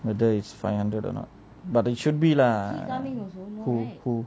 whether is five hundred or not but it should be lah who who